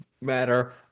matter